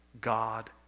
God